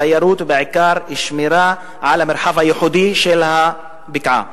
התיירות ובעיקר שמירה על המרחב הייחודי של הבקעה.